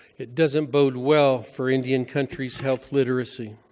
it doesn't bode well for indian country's health literacy.